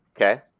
Okay